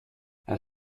het